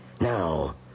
Now